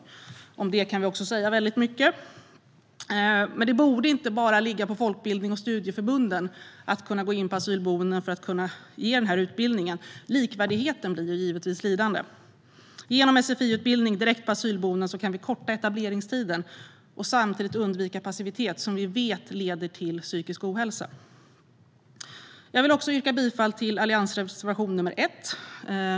Om det kan vi också säga väldigt mycket. Men det borde inte bara ligga på folkbildnings och studieförbunden att gå in på asylboenden för att kunna ge den här utbildningen. Likvärdigheten blir givetvis lidande. Genom sfi-utbildning direkt på asylboenden kan vi korta etableringstiden och samtidigt undvika passivitet, som vi vet leder till psykisk ohälsa. Jag yrkar bifall till Alliansens reservation nr 1.